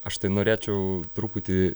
aš norėčiau truputį